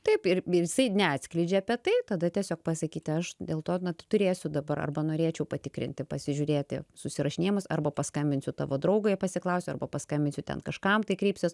taip ir ir isai neatskleidžia apie tai tada tiesiog pasakyti aš dėl to na tu turėsiu dabar arba norėčiau patikrinti pasižiūrėti susirašinėjimus arba paskambinsiu tavo draugui pasiklausiu arba paskambinsiu ten kažkam tai kreipsiuos